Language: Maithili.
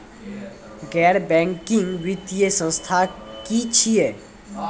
गैर बैंकिंग वित्तीय संस्था की छियै?